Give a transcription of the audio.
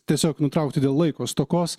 tiesiog nutraukti dėl laiko stokos